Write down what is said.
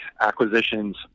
acquisitions